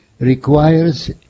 requires